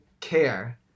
care